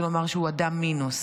זה לומר שהוא אדם מינוס.